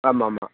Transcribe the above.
ஆமாம்மா